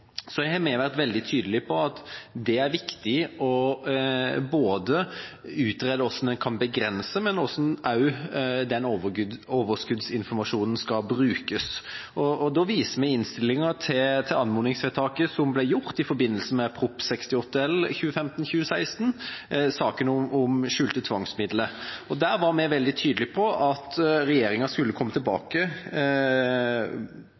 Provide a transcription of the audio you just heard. har vi vært veldig tydelige på at det er viktig å utrede både hvordan en kan begrense og hvordan overskuddsinformasjonen skal brukes. Da viser vi i innstillingen til anmodningsvedtaket som ble gjort i forbindelse med Prop. 68 L for 2015–2016, saken om skjulte tvangsmidler. Der var vi veldig tydelig på at regjeringen skulle komme